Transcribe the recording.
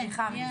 סליחה.